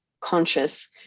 conscious